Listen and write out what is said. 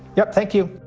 yeah thank you